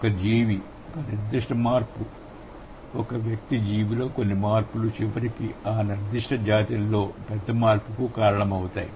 ఒక జీవిలో ఒక నిర్దిష్ట మార్పు ఒక వ్యక్తి జీవిలో కొన్ని మార్పులు చివరికి ఆ నిర్దిష్ట జాతులలో పెద్ద మార్పుకు కారణమవుతాయి